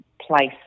place